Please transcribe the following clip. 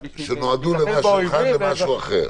-- שנועדו למשהו אחד למשהו אחר.